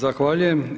Zahvaljujem.